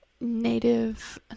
native